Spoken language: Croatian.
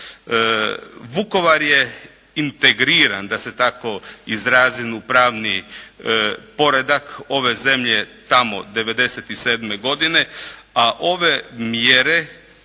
Vukovar je integriran, da se tako izrazim, u pravni poredak ove zemlje tamo '97. godine, a ove mjere